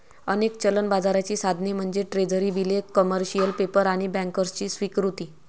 अनेक चलन बाजाराची साधने म्हणजे ट्रेझरी बिले, कमर्शियल पेपर आणि बँकर्सची स्वीकृती